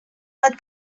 bat